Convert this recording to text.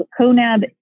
Conab